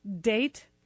date